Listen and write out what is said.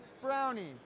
brownie